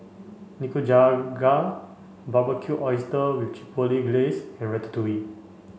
Nikujaga Barbecued Oysters with Chipotle Glaze and Ratatouille